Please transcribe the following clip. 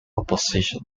opposition